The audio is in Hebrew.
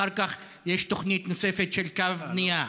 אחר כך יש תוכנית נוספת של קו בנייה.